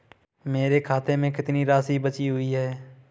मेरे खाते में कितनी राशि बची हुई है?